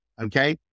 Okay